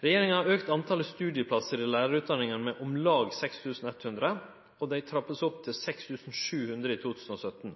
Regjeringa har auka talet studieplassar i lærarutdanninga med om lag 6 100, og dei vert trappa opp til 6 700 i 2017.